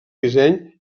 disseny